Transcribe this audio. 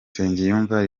nsengiyumva